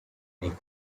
make